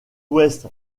ouest